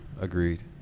Agreed